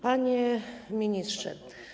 Panie Ministrze!